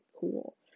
cool